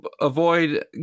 avoid